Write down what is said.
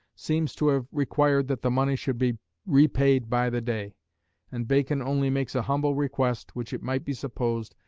seems to have required that the money should be repaid by the day and bacon only makes a humble request, which, it might be supposed,